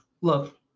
look